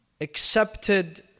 accepted